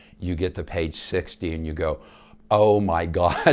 you get to page sixty and you go oh my gosh!